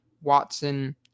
Watson